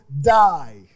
die